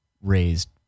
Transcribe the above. Raised